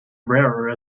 rarer